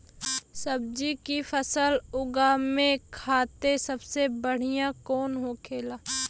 सब्जी की फसल उगा में खाते सबसे बढ़ियां कौन होखेला?